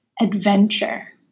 Adventure